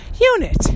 unit